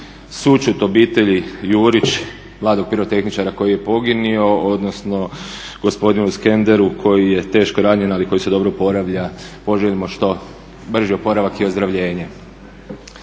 sućut obitelji Jurić, mladog pirotehničara koji je poginuo, odnosno gospodinu Skenderu koji je teško ranjen, ali koji se dobro oporavlja poželimo što brži oporavak i ozdravljenje.